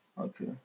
okay